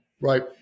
Right